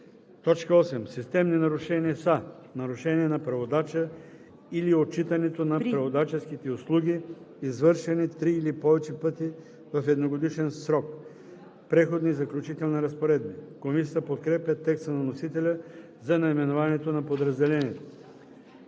8. „Системни нарушения“ са нарушения на преводача при отчитането на преводаческите услуги, извършени три или повече пъти в едногодишен срок.“ „Преходни и заключителни разпоредби“. Комисията подкрепя текста на вносителя за наименованието на подразделението.